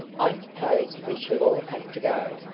i suppose we shall all have to go.